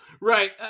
Right